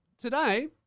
Today